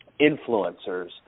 influencers